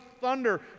thunder